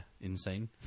insane